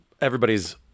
everybody's